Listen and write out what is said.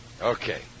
okay